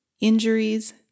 injuries